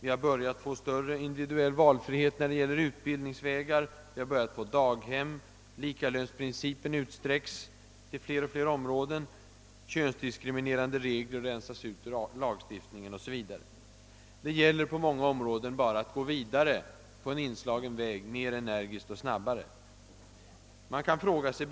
Vi har börjat få större individuell valfrihet när det gäller utbildningsvägar, vi har fått fler daghem, likalönsprincipen utsträcks till allt fler områden, könsdiskriminerande regler rensas ut ur lagstiftningen o.s.v. Det gäller på många områden bara att gå vidare mer energiskt och snabbare på en inslagen väg.